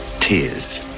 tears